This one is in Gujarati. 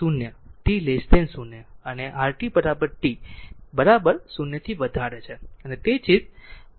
તેથી rt ખરેખર 0 t 0 અને rt t બરાબર 0 થી વધારે છે તેથી જ અનંત થી t ut d t સમાન છે